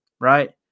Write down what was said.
right